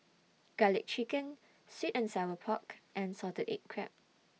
Garlic Chicken Sweet and Sour Pork and Salted Egg Crab